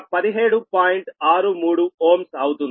63Ω అవుతుంది